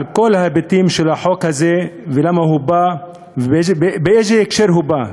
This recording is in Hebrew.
כל ההיבטים של החוק הזה ולמה הוא בא ובאיזה הקשר הוא בא.